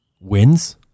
wins